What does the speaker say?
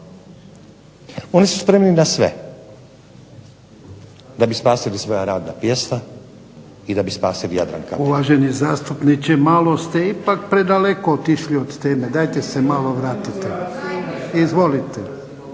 Oni su spremni na sve da bi spasili svoja radna mjesta i da bi spasili Jadrankamen. **Jarnjak, Ivan (HDZ)** Uvaženi zastupniče, malo ste ipak predaleko otišli od teme, dajte se malo vratite.